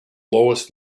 lowest